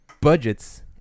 budgets